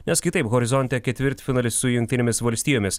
nes kitaip horizonte ketvirtfinalis su jungtinėmis valstijomis